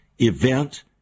event